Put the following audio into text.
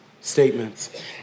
statements